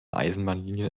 eisenbahnlinien